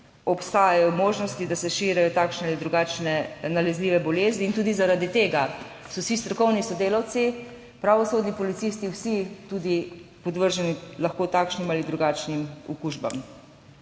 obstajajo možnosti, da se širijo takšne ali drugačne nalezljive bolezni in tudi zaradi tega so vsi strokovni sodelavci, pravosodni policisti, vsi tudi podvrženi lahko takšnim ali drugačnim okužbam.